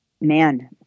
man